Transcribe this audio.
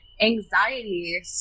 anxiety